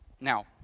Now